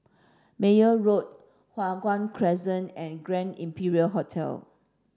Meyer Road Hua Guan Crescent and Grand Imperial Hotel